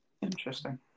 Interesting